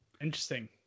Interesting